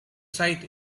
sight